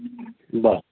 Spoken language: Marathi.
बरं